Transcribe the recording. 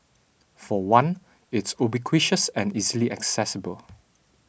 for one it's ubiquitous and easily accessible